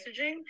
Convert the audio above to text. messaging